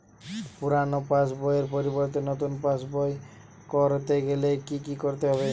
পুরানো পাশবইয়ের পরিবর্তে নতুন পাশবই ক রতে গেলে কি কি করতে হবে?